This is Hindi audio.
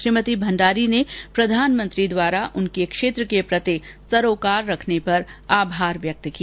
श्रीमती भण्डारी ने प्रधानमंत्री द्वारा उनके क्षेत्र के प्रति सरोकार रखने पर आभार व्यक्त किया